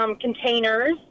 containers